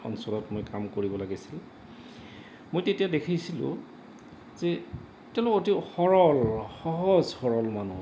অঞ্চলত মই কাম কৰিব লাগিছিল মই তেতিয়া দেখিছিলোঁ যে তেওঁলোক অতি সৰল সহজ সৰল মানুহ